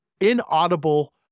inaudible